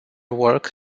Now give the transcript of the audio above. work